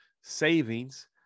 savings